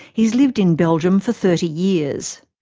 he's lived in belgium for thirty years.